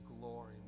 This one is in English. glory